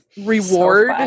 reward